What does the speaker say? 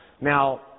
Now